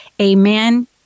Amen